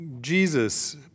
Jesus